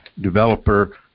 developer